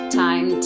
time